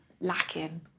lacking